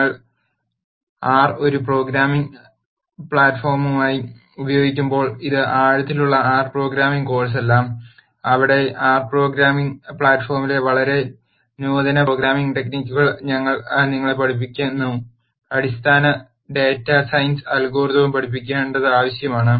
ഞങ്ങൾ ആർ ഒരു പ്രോഗ്രാമിംഗ് പ്ലാറ്റ് ഫോമായി ഉപയോഗിക്കുമ്പോൾ ഇത് ആഴത്തിലുള്ള ആർ പ്രോഗ്രാമിംഗ് കോഴ് സല്ല അവിടെ ആർ പ്രോഗ്രാമിംഗ് പ്ലാറ്റ് ഫോമിലെ വളരെ നൂതന പ്രോഗ്രാമിംഗ് ടെക്നിക്കുകൾ ഞങ്ങൾ നിങ്ങളെ പഠിപ്പിക്കുന്നു അടിസ്ഥാന ഡാറ്റാ സയൻസ് അൽ ഗോരിതം പഠിപ്പിക്കേണ്ടത് പ്രധാനമാണ്